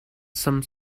some